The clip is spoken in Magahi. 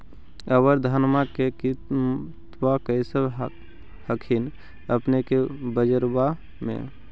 अबर धानमा के किमत्बा कैसन हखिन अपने के बजरबा में?